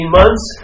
months